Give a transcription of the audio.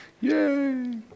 Yay